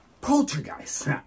poltergeist